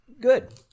Good